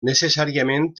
necessàriament